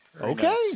Okay